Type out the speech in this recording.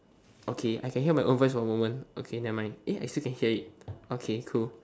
okay I can hear my own voice for a moment okay nevermind eh I still can hear it okay cool